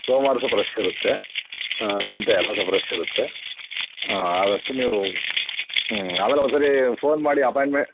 ಸೋಮವಾರ ಸ್ವಲ್ಪ ರಷ್ ಇರುತ್ತೆ ಸಂತೆ ಅಲ್ವಾ ಸ್ವಲ್ಪ ರಷ್ ಇರುತ್ತೆ ಆದಷ್ಟು ನೀವು ಹೂಂ ಆಮೇಲೆ ಒಂದ್ಸಾರಿ ಫೋನ್ ಮಾಡಿ ಅಪಾಂಯ್ಟ್ಮೆಂಟ್